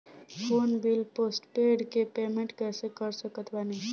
Phone bill postpaid के payment कैसे कर सकत बानी?